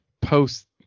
post